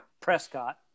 Prescott